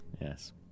yes